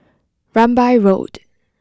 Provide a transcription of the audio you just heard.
Rambai Road